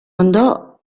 andò